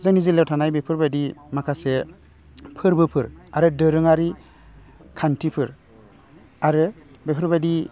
जोंनि जिल्लायाव थानाय बेफोरबादि माखासे फोरबोफोर आरो दोरोङारि खान्थिफोर आरो बेफोरबादि